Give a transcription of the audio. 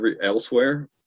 elsewhere